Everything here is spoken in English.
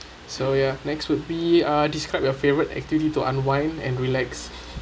so ya next would be uh describe your favorite activity to unwind and relax